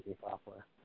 software